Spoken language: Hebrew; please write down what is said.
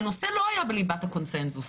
הנושא לא היה בליבת הקונצנזוס.